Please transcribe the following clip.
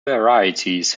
varieties